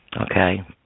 Okay